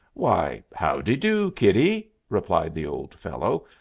why, howdidoo, kiddie? replied the old fellow,